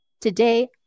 Today